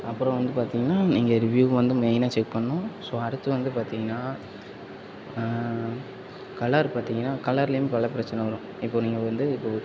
அப்புறம் வந்து பார்த்தீங்கன்னா நீங்கள் ரிவியூ வந்து மெயினாக செக் பண்ணணும் ஸோ அடுத்து வந்து பார்த்தீங்கன்னா கலர் பார்த்தீங்கன்னா கலர்லையும் பல பிரச்சனை வரும்